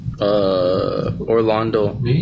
Orlando